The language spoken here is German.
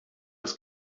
das